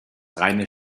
reine